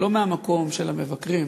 לא מהמקום של המבקרים